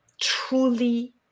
truly